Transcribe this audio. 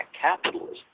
capitalism